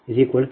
5 0